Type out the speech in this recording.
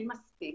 אין מספיק.